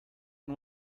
and